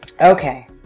okay